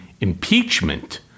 impeachment